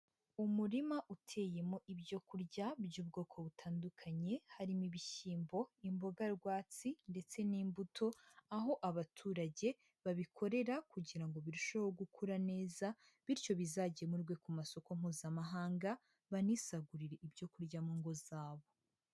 Umurima uteyemo ibyo kurya by'ubwoko butandukanye harimo ibishyimbo, imboga rwatsi ndetse n'imbuto, aho abaturage babikorera kugira ngo birusheho gukura neza, bityo bizagemurwe ku masoko mpuzamahanga banisagurire ibyo kurya mu ngo zabo.